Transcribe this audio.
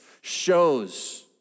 shows